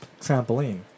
trampoline